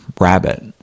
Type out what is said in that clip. rabbit